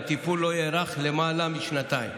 והטיפול לא יארך למעלה משנתיים.